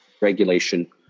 regulation